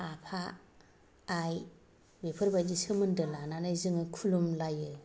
आफा आइ बेफोरबायदि सोमोन्दो लानानै जोङो खुलुमलायो